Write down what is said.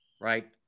right